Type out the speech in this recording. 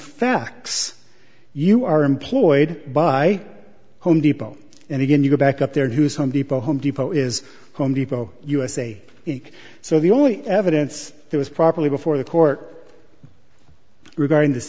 facts you are employed by home depot and again you go back up there to some people home depot is home depot usa inc so the only evidence there was properly before the court regarding this